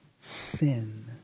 sin